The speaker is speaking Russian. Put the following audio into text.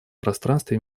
пространстве